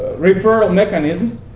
referral mechanisms,